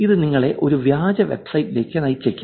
ഇത് നിങ്ങളെ ഒരു വ്യാജ വെബ്സൈറ്റിലേക്ക് നയിച്ചേക്കാം